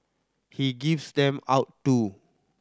he gives them out too